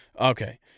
Okay